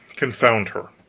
confound her,